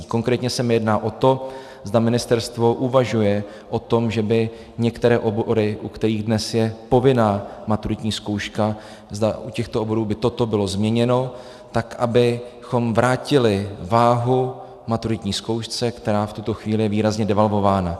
Konkrétně se mi jedná o to, zda ministerstvo uvažuje o tom, že by některé obory, u kterých dnes je povinná maturitní zkouška, zda u těchto oborů by toto bylo změněno tak, abychom vrátili váhu maturitní zkoušce, která je v tuto chvílí výrazně devalvována.